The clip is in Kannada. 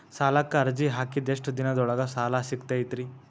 ಸಾಲಕ್ಕ ಅರ್ಜಿ ಹಾಕಿದ್ ಎಷ್ಟ ದಿನದೊಳಗ ಸಾಲ ಸಿಗತೈತ್ರಿ?